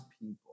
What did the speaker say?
people